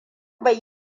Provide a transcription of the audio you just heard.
bai